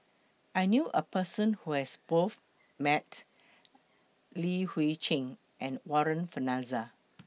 I knew A Person Who has Both Met Li Hui Cheng and Warren Fernandez